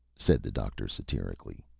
said the doctor, satirically.